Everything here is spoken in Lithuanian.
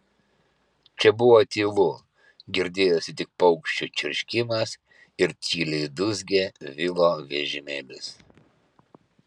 čia buvo tylu girdėjosi tik paukščių čirškimas ir tyliai dūzgė vilo vežimėlis